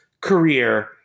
career